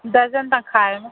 dozen ꯇꯪꯈꯥꯏ ꯑꯃ